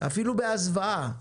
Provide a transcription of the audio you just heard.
אפילו בהסוואה,